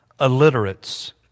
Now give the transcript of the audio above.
illiterates